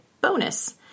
bonus